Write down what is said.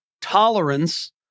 tolerance